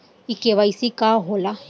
इ के.वाइ.सी का हो ला?